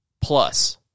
plus